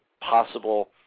possible